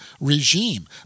regime